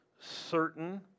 certain